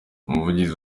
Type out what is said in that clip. umuvugizi